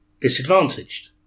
disadvantaged